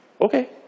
Okay